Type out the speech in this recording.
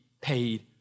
paid